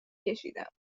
کشیدم